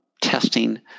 testing